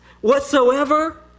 whatsoever